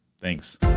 Thanks